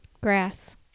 Grass